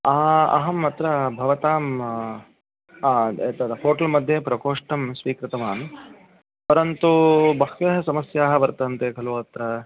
अहम् अत्र भवताम् एतद् होटेल् मध्ये प्रकोष्ठं स्वीकृतवान् परन्तु बह्व्यः समस्याः वर्तन्ते खलु अत्र